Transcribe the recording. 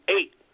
eight